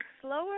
slower